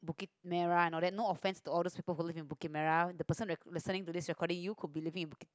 Bukit-Merah and all that no offence to all those people who live in Bukit-Merah the person listening to this you could be living in